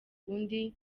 undi